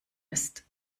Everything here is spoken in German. ist